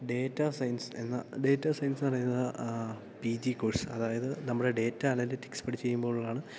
data science എന്ന data science എന്ന് പറയുന്നത് പി ജി കോഴ്സ് അതായത് നമ്മുടെ ഡേറ്റാ അനലിറ്റിക്സ് പഠിച്ചു കഴിയുമ്പോളാണ്